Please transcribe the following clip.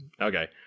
okay